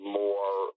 more